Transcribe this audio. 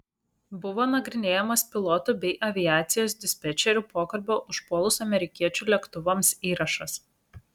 buvo nagrinėjamas pilotų bei aviacijos dispečerių pokalbio užpuolus amerikiečių lėktuvams įrašas